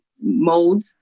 mold